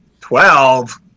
Twelve